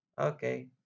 Okay